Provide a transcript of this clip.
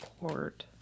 court